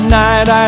night